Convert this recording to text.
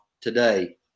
today